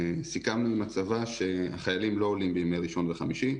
סיכמנו עם הצבא שהחיילים לא עולים בימי ראשון וחמישי,